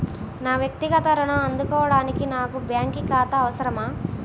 నా వక్తిగత ఋణం అందుకోడానికి నాకు బ్యాంక్ ఖాతా అవసరమా?